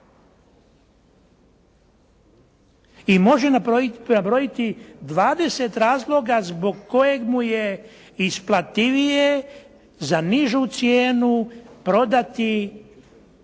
i može nabrojiti 20 razloga zbog kojeg mu je isplativije za nižu cijenu prodati